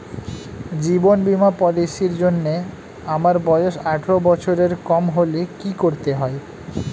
জীবন বীমা পলিসি র জন্যে আমার বয়স আঠারো বছরের কম হলে কি করতে হয়?